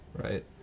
right